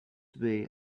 way